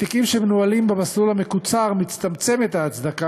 בתיקים שמנוהלים במסלול המקוצר מצטמצמת ההצדקה